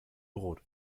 brot